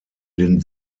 den